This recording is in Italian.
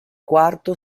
quarto